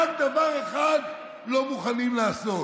רק דבר אחד לא מוכנים לעשות: